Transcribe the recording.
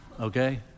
Okay